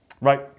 Right